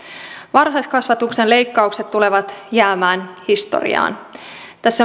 varhaiskasvatuksen leikkaukset tulevat jäämään historiaan tässä